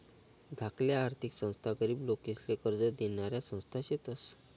धाकल्या आर्थिक संस्था गरीब लोकेसले कर्ज देनाऱ्या संस्था शेतस